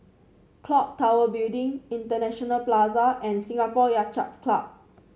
clock Tower Building International Plaza and Singapore Yacht Club